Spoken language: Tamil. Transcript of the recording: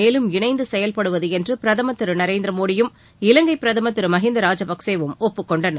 மேலும் இணைந்து செயல்படுவது என்று பிரதமர் திரு நரேந்திர மோடியும் இலங்கை பிரதமர் திரு மகிந்தா ராஜபக்சேவும் ஒப்புக்கொண்டனர்